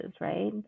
right